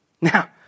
Now